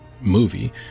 movie